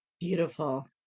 Beautiful